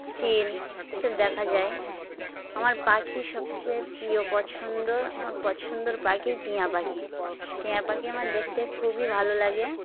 চিল এসব দেখা যায় আমার পাখি সবচেয়ে প্রিয় পছন্দর আমার পছন্দর পাখি টিয়া পাখি টিয়া পাখি আমার দেখতে খুবই ভালো লাগে